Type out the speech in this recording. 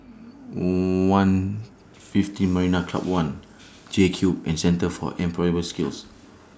one fifteen Marina Club one J Cube and Centre For Employability Skills